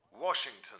Washington